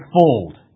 fold